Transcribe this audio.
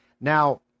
now